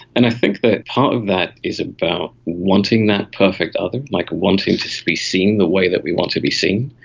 and i think that part of that is about wanting that perfect other, like wanting to to be seen the way that we want to be seen.